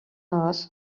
earth